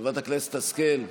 חברת הכנסת השכל,